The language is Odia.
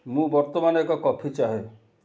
ମୁଁ ବର୍ତ୍ତମାନ ଏକ କଫି ଚାହେଁ